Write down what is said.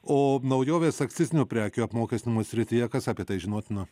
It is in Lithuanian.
o naujovės akcizinių prekių apmokestinimo srityje kas apie tai žinotina